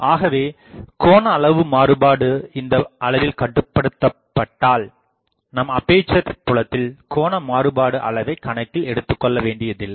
ஆகவே கோணஅளவு மாறுபாடு இந்த அளவில் கட்டுபடுத்தப்பட்டால் நாம் அப்பேசர் புலத்தில் கோண மாறுபாடு அளவை கணக்கில் எடுத்துக்கொள்ள வேண்டியதில்லை